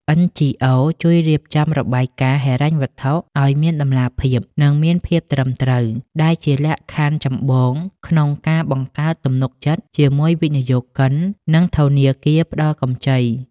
NGOs ជួយរៀបចំរបាយការណ៍ហិរញ្ញវត្ថុឱ្យមានតម្លាភាព និងភាពត្រឹមត្រូវ ដែលជាលក្ខខណ្ឌចម្បងក្នុងការបង្កើតទំនុកចិត្តជាមួយវិនិយោគិន និងធនាគារផ្ដល់កម្ចី។